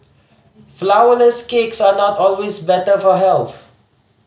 flourless cakes are not always better for health